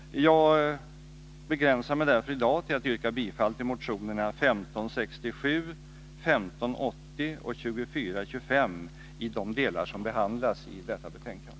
Jag begränsar mig därför i dag till att yrka bifall till motionerna 1567, 1580 och 2425 i de delar de behandlas i detta betänkande.